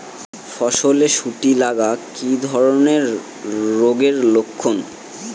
ফসলে শুটি লাগা কি ধরনের রোগের লক্ষণ?